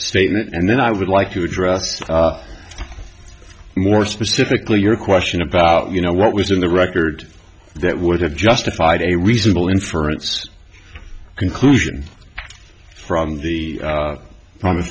statement and then i would like to address more specifically your question about you know what was in the record that would have justified a reasonable inference conclusion from the